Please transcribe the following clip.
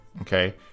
okay